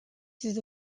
through